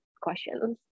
questions